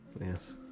Yes